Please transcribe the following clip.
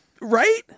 Right